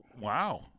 Wow